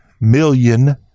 million